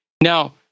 Now